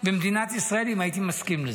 במדינת ישראל, אם הייתי מסכים לזה.